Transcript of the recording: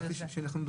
אבל הפוך.